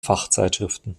fachzeitschriften